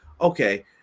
Okay